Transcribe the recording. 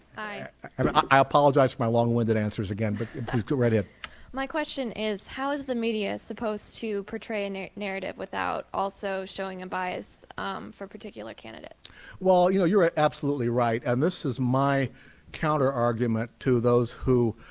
i apologize for my long-winded answers again but please get ready ah my question is how is the media is supposed to portray a new narrative without also showing a bias for a particular candidate well you know you're ah absolutely right and this is my counter-argument to those who